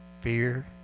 fear